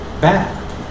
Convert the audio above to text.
bad